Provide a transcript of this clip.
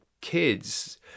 kids